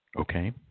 Okay